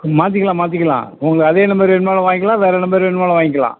மாற்றிக்கிலாம் மாற்றிக்கிலாம் உங்கள் அதே நம்பர் வேணும்னாலும் வாங்கிக்கலாம் வேறு நம்பர் வேணும்னாலும் வாங்கிக்கலாம்